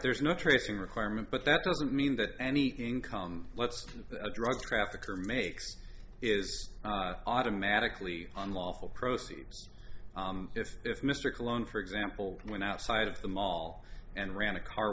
there's no tracing requirement but that doesn't mean that any income lets a drug trafficker makes is automatically unlawful procedure if if mr cologne for example went outside of the mall and ran a car